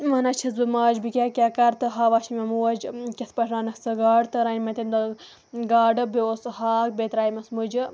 وَنان چھَس بہٕ ماجہِ بہٕ کیٛاہ کیٛاہ کَرٕ تہٕ ہاوان چھِ مےٚ موج کِتھ پٲٹھۍ رَنَکھ ژٕ گاڈٕ تہٕ رَنہِ مےٚ تمہِ دۄہ گاڈٕ بیٚیہِ اوس سُہ ہاکھ بیٚیہِ ترٛایمَس مٕجہِ